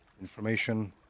information